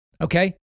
okay